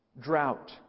Drought